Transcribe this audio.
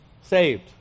saved